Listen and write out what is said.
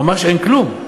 ממש אין כלום.